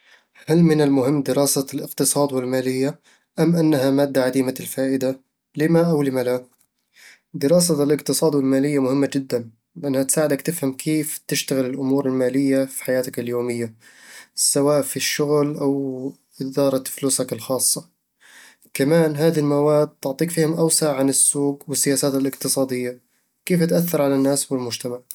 هل من المهم دراسة الاقتصاد والمالية، أم أنها مادة عديمة الفائدة؟ لِمَ أو لِمَ لا؟ دراسة الاقتصاد والمالية مهمة جدًا، لأنها تساعدك تفهم كيف تشتغل الأمور المالية في حياتك اليومية، سواء في الشغل أو إدارة فلوسك الخاصة كمان، هذه المواد تعطيك فهم أوسع عن السوق والسياسات الاقتصادية، وكيف تأثر على الناس والمجتمع